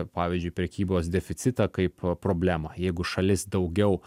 pavyzdžiui prekybos deficitą kaip problemą jeigu šalis daugiau